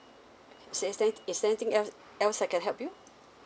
is there is there anything else else I can help you